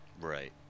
Right